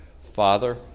Father